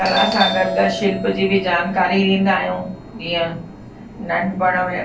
कला सां गॾु गॾु शिल्प जी बि जानकारी ॾींदा आहियूं जीअं नंढपिणु में